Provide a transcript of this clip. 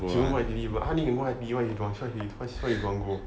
she don't go I_T_E but 翰林 can go I_T_E one for sure why he don't go